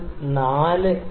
അപ്പോൾ h 0